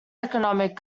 economic